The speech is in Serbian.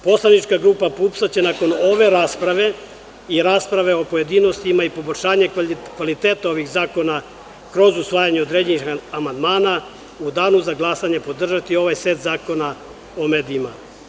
Poslanička grupa PUPS će, nakon ove rasprave i rasprave u pojedinostima i poboljšanje kvaliteta ovih zakona kroz usvajanje određenih amandmana, u danu za glasanje podržati ovaj set zakona o medijima.